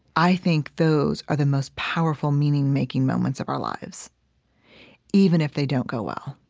i think those are the most powerful, meaning-making moments of our lives even if they don't go well.